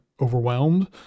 overwhelmed